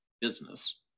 business